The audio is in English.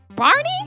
Barney